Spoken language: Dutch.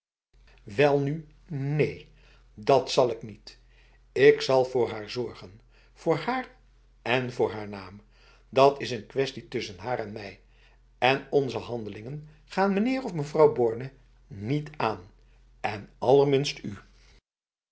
welnu neen dat zal ik niet ik zal voor haar zorgen voor haar en voor haar naam dat is een kwestie tussen haar en mij en onze handelingen gaan meneer of mevrouw borne niet aan en allerminst u